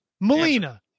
Melina